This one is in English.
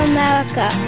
America